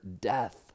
death